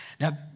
Now